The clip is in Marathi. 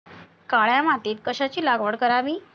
काळ्या मातीत कशाची लागवड करावी?